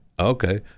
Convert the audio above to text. Okay